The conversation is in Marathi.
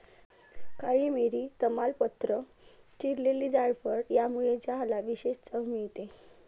काळी मिरी, तमालपत्र, चिरलेली जायफळ यामुळे चहाला विशेष चव मिळते